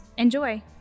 Enjoy